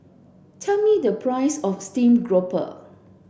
tell me the price of steamed grouper